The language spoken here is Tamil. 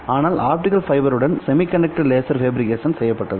அதனால் ஆப்டிகல் ஃபைபருடன் செமிகண்டக்டர் லேசர் ஃபேபிரிகேஷன் செய்யப்பட்டது